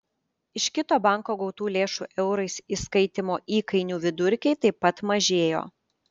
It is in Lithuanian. iš kito banko gautų lėšų eurais įskaitymo įkainių vidurkiai taip pat mažėjo